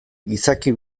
izaki